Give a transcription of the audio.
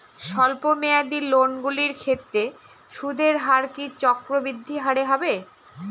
স্বল্প মেয়াদী লোনগুলির ক্ষেত্রে সুদের হার কি চক্রবৃদ্ধি হারে হবে?